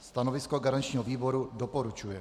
Stanovisko garančního výboru: doporučuje.